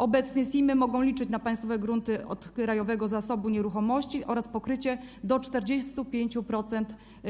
Obecnie SIM-y mogą liczyć na państwowe grunty od Krajowego Zasobu Nieruchomości oraz pokrycie do 45%